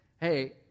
hey